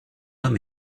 homme